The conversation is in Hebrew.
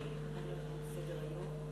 הודעה למזכירת הכנסת.